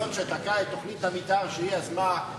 זאת שתקעה את תוכנית המיתאר שהיא יזמה,